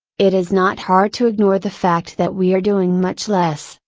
it is not hard to ignore the fact that we are doing much less,